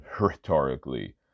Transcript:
rhetorically